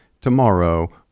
tomorrow